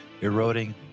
eroding